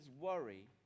worry